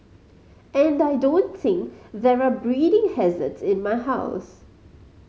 and I don't think there are breeding hazards in my house